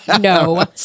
no